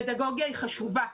פדגוגיה היא חשובה.